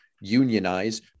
unionize